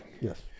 yes